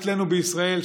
אצלנו בישראל,